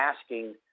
asking